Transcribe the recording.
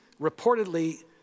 reportedly